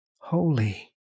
Holy